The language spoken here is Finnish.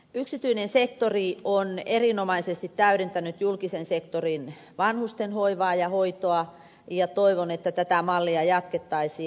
yksityinen sektori on erinomaisesti täydentänyt julkisen sektorin vanhustenhoivaa ja hoitoa ja toivon että tätä mallia jatkettaisiin